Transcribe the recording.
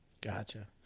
Gotcha